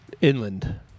Inland